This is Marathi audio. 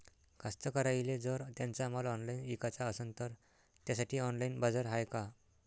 कास्तकाराइले जर त्यांचा माल ऑनलाइन इकाचा असन तर त्यासाठी ऑनलाइन बाजार हाय का?